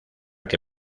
que